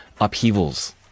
upheavals